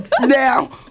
Now